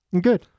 Good